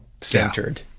centered